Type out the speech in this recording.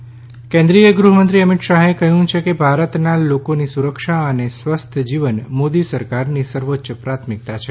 શાહ્ મોદી કેન્દ્રીય ગૃહમંત્રી અમિત શાહે કહ્યું કે ભારતના લોકોની સુરક્ષા અને સ્વસ્થ જીવન મોદી સરકારની સર્વોચ્ય પ્રાથમિકતા છે